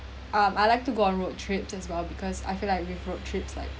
um I like to go on road trips as well because I feel like with road trip like